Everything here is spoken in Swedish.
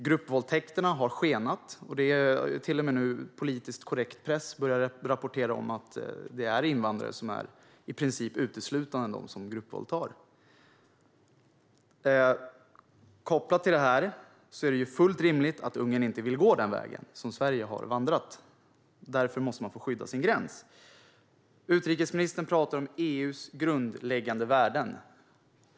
Gruppvåldtäkterna har skenat, och till och med politiskt korrekt press börjar nu rapportera om att det i princip uteslutande är invandrare som gruppvåldtar. Kopplat till det här är det fullt rimligt att Ungern inte vill gå den väg som Sverige har vandrat. Därför måste man få skydda sin gräns. Utrikesministern talar om EU:s grundläggande värden.